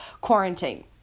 quarantine